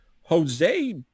Jose